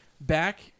back